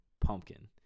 Pumpkin